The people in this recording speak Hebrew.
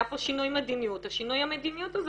היה פה שינוי מדיניות ושינוי המדיניות הזה